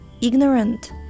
ignorant